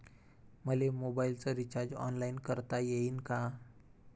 मले मोबाईलच recharge online करता येईन का?